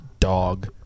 Dog